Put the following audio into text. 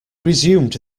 resumed